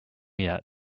yet